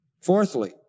Fourthly